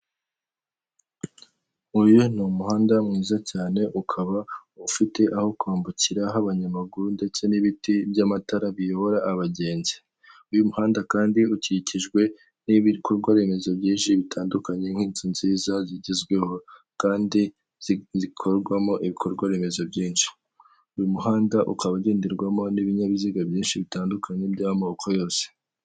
Uyu ni umuhanda mwiza cyane, ukaba ufite aho kwambukira h'abanyamaguru, ndetse n'ibiti by'amatara biyobora abagenzi. Uyu muhanda kandi Ukikijwe n'ibikorwaremezo byinshi bitandukanye, nk'inzu nziza zigezweho kandi zikorwamo ibikorwa remezo byinshi. Uyu muhanda ukaba ugenderwamo n'ibinyabiziga byinshi bitandukanye by'amoko yose.